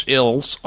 ills